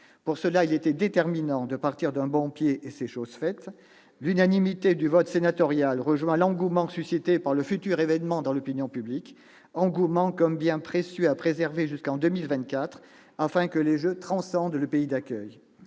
Pour cela, il était déterminant de partir d'un bon pied, et c'est chose faite. L'unanimité du vote sénatorial rejoint l'engouement suscité par le futur événement dans l'opinion publique. Cet engouement est un bien précieux à préserver jusqu'en 2024, afin que les Jeux transcendent le pays d'accueil.